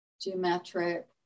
geometric